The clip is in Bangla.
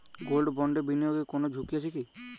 গোল্ড বন্ডে বিনিয়োগে কোন ঝুঁকি আছে কি?